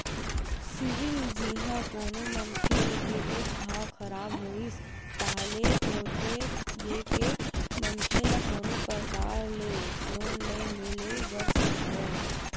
CIBIL जिहाँ कोनो मनखे के एक घांव खराब होइस ताहले होथे ये के मनखे ल कोनो परकार ले लोन नइ मिले बर धरय